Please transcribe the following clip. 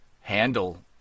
handle